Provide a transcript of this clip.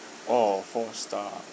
oh all four star